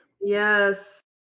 Yes